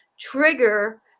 trigger